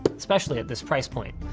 but especially at this price point.